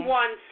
one